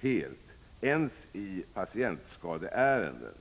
helt ens i patientskadeärenden.